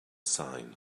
sign